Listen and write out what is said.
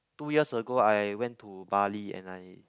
two years ago I went to Bali and I